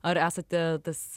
ar esate tas